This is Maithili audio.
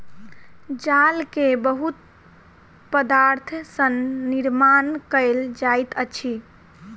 जाल के बहुत पदार्थ सॅ निर्माण कयल जाइत अछि